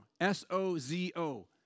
S-O-Z-O